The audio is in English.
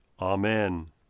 Amen